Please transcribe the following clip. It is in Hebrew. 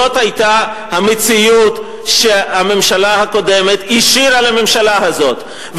זו היתה המציאות שהממשלה הקודמת השאירה לממשלה הזאת.